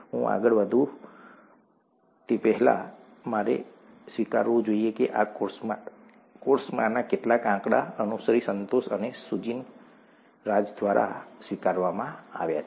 હું આગળ વધું તે પહેલાં મારે સ્વીકારવું જોઈએ કે આ કોર્સમાંના કેટલાક આંકડા અનુશ્રી સંતોષ અને સુજીન રાજ દ્વારા સ્વીકારવામાં આવ્યા છે